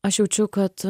aš jaučiu kad